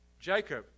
Jacob